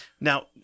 Now